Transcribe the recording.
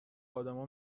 آدما